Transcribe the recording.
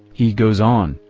he goes on,